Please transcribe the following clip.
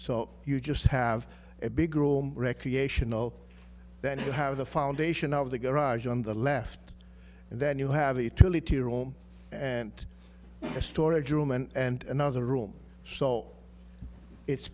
so you just have a big room recreational then you have the foundation of the garage on the left and then you have a tele to your own and a storage room and another room so it's